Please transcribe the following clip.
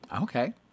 Okay